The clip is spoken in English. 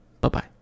Bye-bye